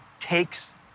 takes